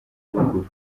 ruguru